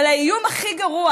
אבל האיום הכי גרוע